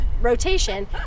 rotation